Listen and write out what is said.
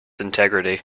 integrity